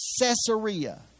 Caesarea